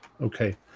Okay